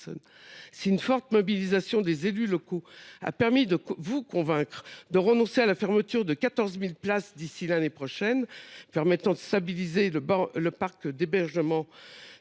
Une forte mobilisation des élus locaux a permis de convaincre le Gouvernement de renoncer à la fermeture de 14 000 places d’ici l’année prochaine et de stabiliser le parc d’hébergement,